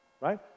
Right